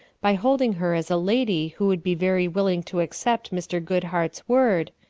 by holding her as a lady who would be very willing to accept mr. goodharfs word,